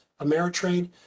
Ameritrade